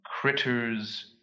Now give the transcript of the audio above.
Critters